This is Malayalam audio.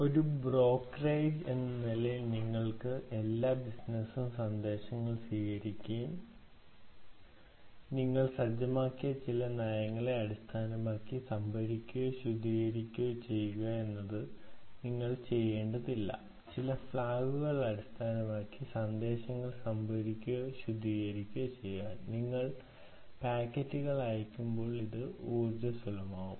ഒരു ബ്രോക്കറേജ് എന്ന നിലയിൽ നിങ്ങളുടെ എല്ലാ ബിസിനസ്സും സന്ദേശങ്ങൾ സ്വീകരിക്കുകയും നിങ്ങൾ സജ്ജമാക്കിയ ചില നയങ്ങളെ അടിസ്ഥാനമാക്കി സംഭരിക്കുകയോ ഫിൽട്ടറിംഗ് ചെയ്യുകയോ ചെയ്യേണ്ടതില്ല ചില ഫ്ലാഗുകൾ അടിസ്ഥാനമാക്കി സന്ദേശങ്ങൾ സംഭരിക്കുകയോ ഫിൽട്ടറിംഗോ ചെയ്യുക നിങ്ങൾ പാക്കറ്റുകൾ അയയ്ക്കുമ്പോൾ അത് ഊർജ്ജസ്വലമാക്കും